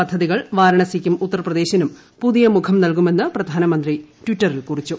പദ്ധതികൾ വാരാണസിയ്ക്കും ഉത്തർപ്രദേശിനും പുതിയ മുഖം നൽകുമെന്ന് പ്രധാന മന്ത്രി ട്വിറ്ററിൽ കുറിച്ചു